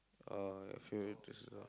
uh favourite is a